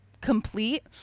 complete